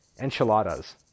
enchiladas